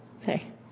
Sorry